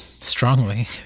Strongly